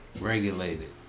regulated